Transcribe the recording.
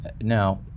Now